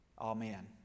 Amen